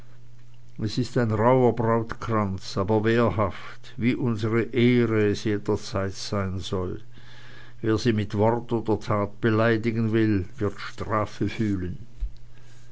es ist ein rauher brautkranz aber wehrhaft wie unsere ehre es jederzeit sein soll wer sie mit wort und tadel beleidigen will wird die strafe fühlen